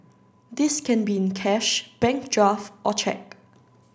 this can be in cash bank draft or cheque